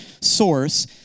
source